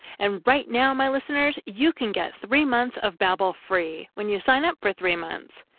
and, right now, my listeners, you can get three months of babbel free when you sign up for three months.